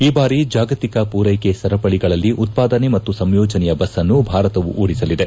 ಈ ಬಾರಿ ಜಾಗತಿಕ ಪೂರೈಕೆ ಸರಪಳಿಗಳಲ್ಲಿ ಉತ್ಪಾದನೆ ಮತ್ತು ಸಂಯೋಜನೆಯ ಬಸ್ಸನ್ನು ಭಾರತವು ಓಡಿಸಲಿದೆ